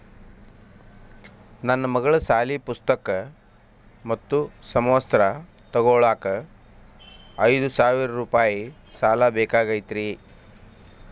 ನನ್ನ ಮಗಳ ಸಾಲಿ ಪುಸ್ತಕ್ ಮತ್ತ ಸಮವಸ್ತ್ರ ತೊಗೋಳಾಕ್ ಐದು ಸಾವಿರ ರೂಪಾಯಿ ಸಾಲ ಬೇಕಾಗೈತ್ರಿ